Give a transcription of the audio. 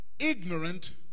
ignorant